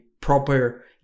proper